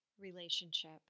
relationship